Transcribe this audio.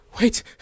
wait